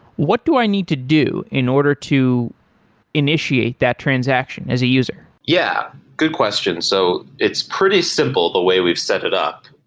what do i need to do in order to initiate that transaction as a user? yeah, good question. so it's pretty simple the way we've set it up.